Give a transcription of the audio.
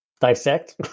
dissect